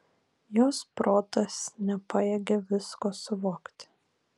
jos protas nepajėgė visko suvokti